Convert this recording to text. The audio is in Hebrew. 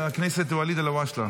חבר הכנסת ואליד אלהואשלה.